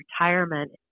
retirement